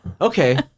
Okay